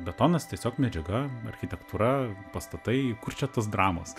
betonas tiesiog medžiaga architektūra pastatai kur čia tos dramos